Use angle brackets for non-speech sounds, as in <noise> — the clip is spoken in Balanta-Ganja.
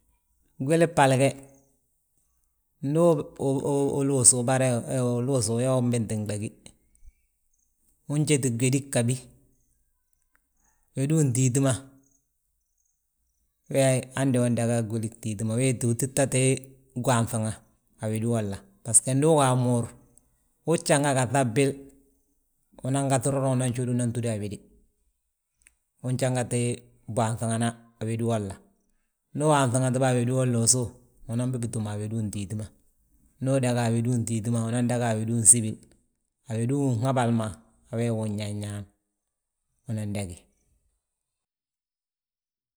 Gwili bhali ge, ndu uluusu ubare, <hesitation> uyaa unbinti gdagí. Unjeti gwédi ghabi, wédi gtíiti ma, we hande undaga gwili gtíiti ma, weeti utitta gwaŧiŋa, a wédi wolla. Basgo ndu uwaas mo, ujanga gaŧa a bwil, unan gaŧi doroŋ unan jód unan túd a wéde. Unjangati, bwaŋaŧina a wédi wolla ndu uwaŋaŧiti a wédi wolla usów, unan wi bitúm a wédi untíit ma. Ndu udaga a wédi untíiti ma, unan daga a wédi unsíbil, a wédi unhabal ma, a wee wi unñañaan unan dagí.